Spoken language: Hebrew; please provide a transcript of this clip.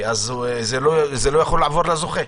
כי אז זה לא יכול לעבור לזוכה.